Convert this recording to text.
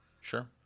Sure